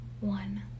one